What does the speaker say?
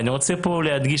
אני רוצה להדגיש,